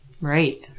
Right